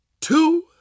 two